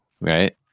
Right